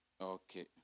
Okay